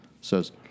says